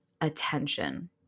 attention